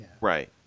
Right